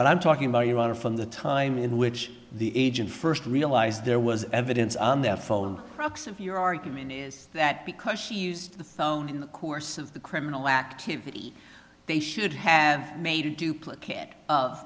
but i'm talking about your honor from the time in which the agent first realized there was evidence on their phone books of your argument is that because she used the phone in the course of the criminal activity they should have made a duplicat